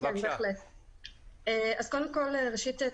ראשית,